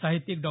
साहित्यिक डॉ